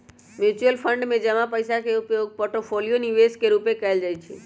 mutual fund में जमा पइसा के उपयोग पोर्टफोलियो निवेश के रूपे कएल जाइ छइ